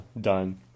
done